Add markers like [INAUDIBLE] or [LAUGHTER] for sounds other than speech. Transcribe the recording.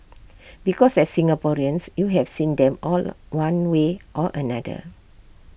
[NOISE] because as Singaporeans you have seen them all one way or another